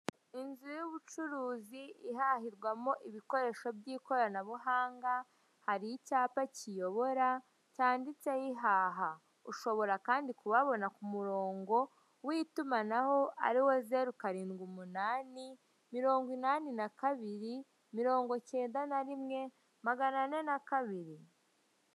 Inzu y'ubucuruzi ihahirwamo ibikoresho bw'ikoranabuhanga. Hari icyapa kiyobora, cyanditseho "ihaha". Ushobora kandi kubabona ku murongo w'itumanaho, ari wo 0788291402.